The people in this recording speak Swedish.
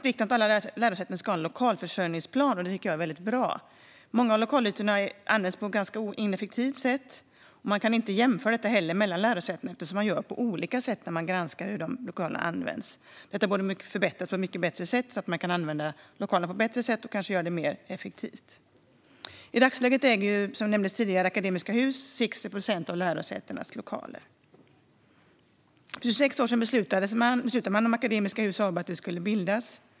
Vikten av att alla lärosäten ska ha en lokalförsörjningsplan poängteras. Detta tycker jag är väldigt bra. Många lokalytor används på ett ineffektivt sätt, och man kan jämföra mellan lärosäten eftersom granskningen av hur lokalerna används görs på olika sätt. Detta borde göras mycket bättre så att lokalerna kan användas på ett bättre sätt och kanske mer effektivt. Som nämndes tidigare äger Akademiska Hus i dagsläget 60 procent av lärosätenas lokaler. För 26 år sedan beslutades att Akademiska Hus AB skulle bildas.